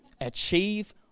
Achieve